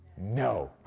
no,